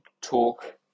talk